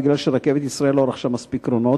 בגלל שרכבת ישראל לא רכשה מספיק קרונות.